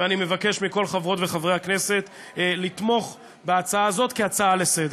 ואני מבקש מכל חברות וחברי הכנסת לתמוך בהצעה הזאת כהצעה לסדר-היום.